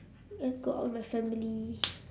just go out with my family